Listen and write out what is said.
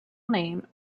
name